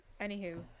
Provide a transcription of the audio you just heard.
Anywho